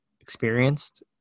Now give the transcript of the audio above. experienced